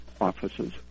offices